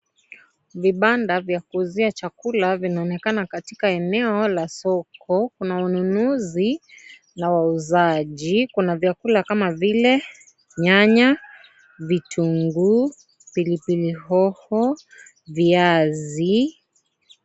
Vibanda, vya kuuzia chakula, vinaonekana katika eneo la soko. Kuna wanunuzi na wauzaji. Kuna vyakula kama vile nyanya, vitunguu, pilipili hoho, viazi,